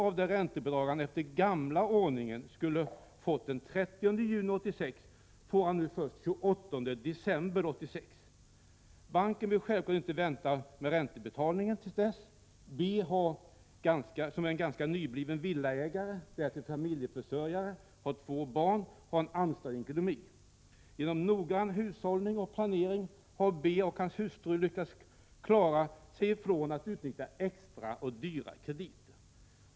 av det räntebidrag han efter gamla ordningen skulle ha fått den 30 juni 1986 får han nu först den 28 december 1986. Banken vill självfallet inte vänta med räntebetalningen till dess. B har som ganska nybliven villaägare och familjeförsörjare en ansträngd ekonomi. Genom noggrann hushållning och planering har B och hans hustru lyckats klara sig ifrån att utnyttja dyra extra krediter.